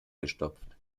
gestopft